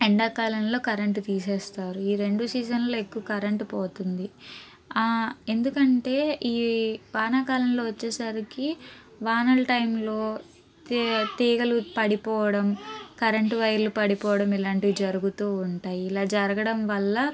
ఎండాకాలంలో కరెంట్ తీసేస్తారు ఈ రెండు సీజన్లో ఎక్కువ కరెంట్ పోతుంది ఎందుకంటే ఈ వానాకాలంలో ఒచ్చేసరికి వానల టైమ్లో తీ తీగలు పడిపోవడం కరెంట్ వైర్లు పడిపోవడం ఇలాంటివి జరుగుతూ ఉంటాయి ఇలా జరగడం వల్ల